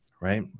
right